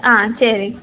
ஆ சரி